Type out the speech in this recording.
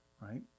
Right